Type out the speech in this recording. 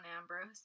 Ambrose